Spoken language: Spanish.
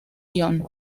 ion